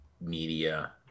media